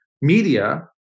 media